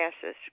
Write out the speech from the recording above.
passes